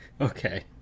Okay